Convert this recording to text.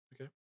Okay